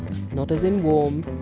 not as in warm.